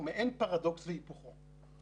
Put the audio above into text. הוא לא יודע יותר טוב מהרופא המומחה.